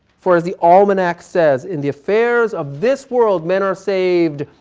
for, as the almanac says, in the affairs of this world men are saved,